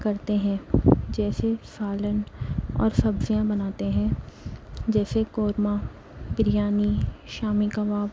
کرتے ہیں جیسے سالن اور سبزیاں بناتے ہیں جیسے قورمہ بریانی شامی کباب